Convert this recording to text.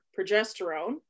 progesterone